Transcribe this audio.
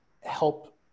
help